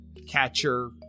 catcher